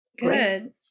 Good